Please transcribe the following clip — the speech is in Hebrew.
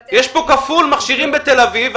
פי 2 יותר מכשירים בתל אביב,